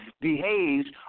behaves